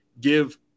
give